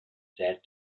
said